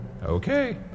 Okay